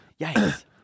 yikes